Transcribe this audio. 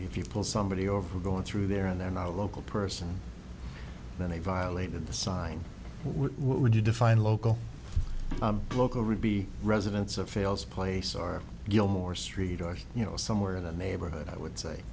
if you pull somebody over going through there and then our local person then they violated the sign what would you define local local ruby residents of fails place or gilmore street or you know somewhere in the neighborhood i would